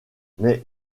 mais